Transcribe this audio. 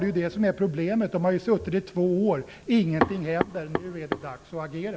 Det är ju tvärtom det som är problemet - parterna har suttit i två år och ingenting händer. Nu är det dags att agera.